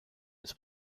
his